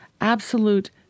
absolute